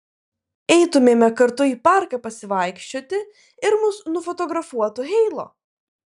eitumėme kartu į parką pasivaikščioti ir mus nufotografuotų heilo